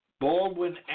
Baldwin